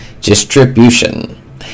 distribution